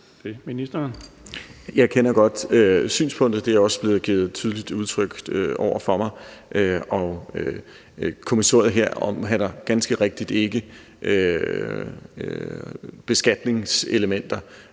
Jeg kender godt synspunktet, og det er også blevet tydeligt udtrykt over for mig. Kommissoriet her omhandler ganske rigtigt ikke beskatningselementer,